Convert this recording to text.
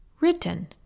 written